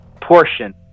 portion